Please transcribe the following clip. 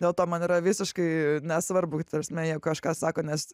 dėl to man yra visiškai nesvarbu ta prasme jeigu kažką sako nes